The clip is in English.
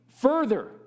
further